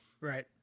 Right